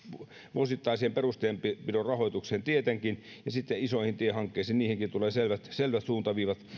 vuosittaiseen perustienpidon rahoitukseen tietenkin ja sitten isoihin tiehankkeisiin tulee selvät suuntaviivat